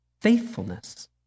faithfulness